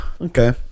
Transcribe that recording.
Okay